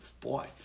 Boy